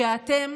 שאתם